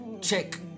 check